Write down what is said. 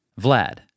Vlad